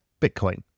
Bitcoin